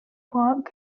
block